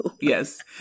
Yes